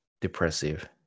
depressive